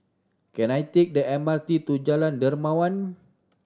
can I take the M R T to Jalan Dermawan